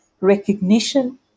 recognition